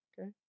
Okay